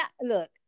look